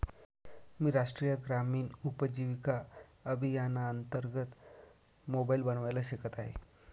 मी राष्ट्रीय ग्रामीण उपजीविका अभियानांतर्गत मोबाईल बनवायला शिकत आहे